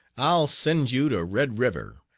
i'll send you to red river,